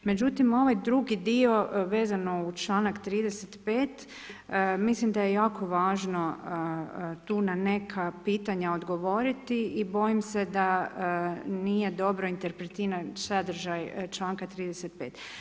Međutim, ovaj drugi dio vezano uz članak 35., mislim da je jako važno tu na neka pitanja odgovoriti i bojim se da nije dobro interpretiran sadržaj članka 35.